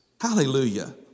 Hallelujah